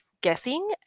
guessing